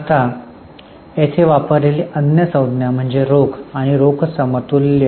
आता येथे वापरलेली अन्य संज्ञा म्हणजे रोख आणि रोख समतुल्य